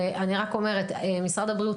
ואני רק אומרת: משרד הבריאות,